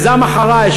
מיזם "אחריי!",